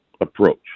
approach